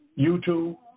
YouTube